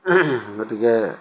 গতিকে